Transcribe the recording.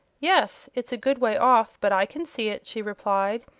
yes it's a good way off, but i can see it, she replied.